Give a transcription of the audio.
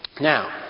Now